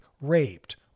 raped